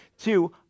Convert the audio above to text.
Two